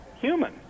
human